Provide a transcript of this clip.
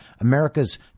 America's